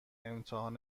امتحان